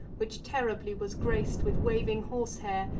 which terribly was grac'd with waving horsehair,